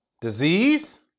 disease